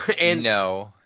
No